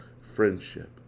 friendship